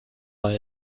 mal